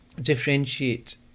differentiate